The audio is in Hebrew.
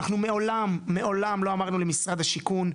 אנחנו מעולם לא אמרנו למשרד השיכון,